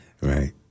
Right